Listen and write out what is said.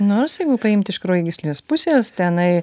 nors jeigu paimt iš kraujagyslės pusės tenai